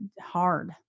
hard